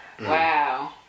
Wow